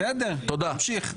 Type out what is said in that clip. בסדר, תמשיך.